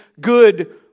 good